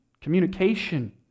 communication